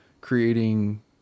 creating